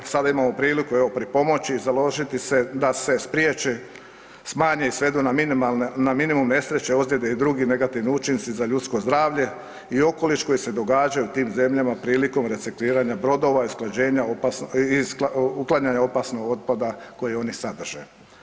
Sada imamo priliku evo pripomoći, založiti se da se spriječe, smanje i svedu na minimum nesreće, ozljede i drugi negativni učinci za ljudsko zdravlje i okoliš koji se događaju u tim zemljama prilikom recikliranja brodova i uklanjanja opasnog otpada koji oni sadrže.